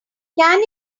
can